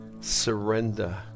Surrender